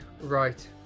Right